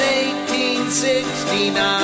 1869